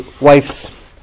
wife's